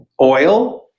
oil